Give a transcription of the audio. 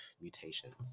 mutations